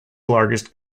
largest